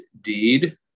deed